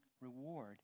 reward